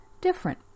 different